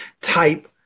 type